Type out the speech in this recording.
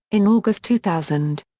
in august two thousand.